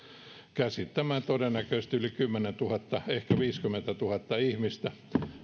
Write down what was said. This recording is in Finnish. käsittämään todennäköisesti yli kymmenentuhatta ehkä viisikymmentätuhatta ihmistä